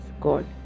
god